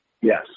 Yes